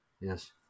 Yes